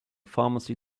pharmacy